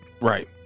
right